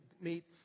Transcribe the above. meet